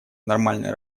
нормальной